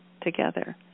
together